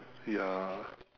ya